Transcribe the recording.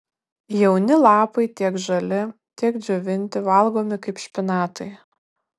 jauni lapai tiek žali tiek džiovinti valgomi kaip špinatai